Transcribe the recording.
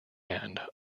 hand